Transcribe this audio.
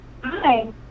Hi